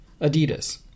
Adidas